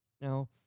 Now